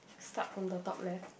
start from the top left